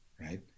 right